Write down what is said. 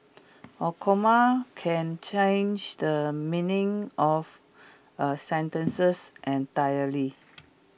A comma can change the meaning of A sentences entirely